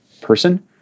person